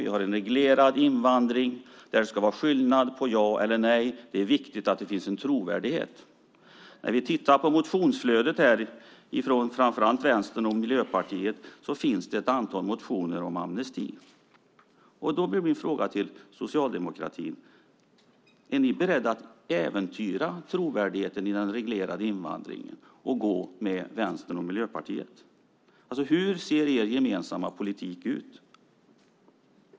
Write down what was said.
Vi har en reglerad invandring där det ska vara skillnad på ja och nej. Det är viktigt att det finns en trovärdighet. När vi tittar på motionsflödet från framför allt Vänstern och Miljöpartiet ser vi att det finns ett antal motioner om amnesti. Då blir min fråga till socialdemokratin: Är ni beredda att äventyra trovärdigheten i den reglerade invandringen och gå med Vänstern och Miljöpartiet? Hur ser er gemensamma politik ut?